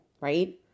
Right